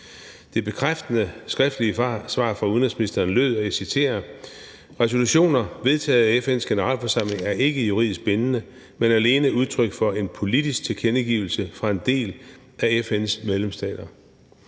Det bekræftende skriftlige svar fra udenrigsministeren lød, og jeg citerer: Resolutioner vedtaget af FN's Generalforsamling er ikke juridisk bindende, men alene udtryk for en politisk tilkendegivelse fra en del af FN's medlemsstater.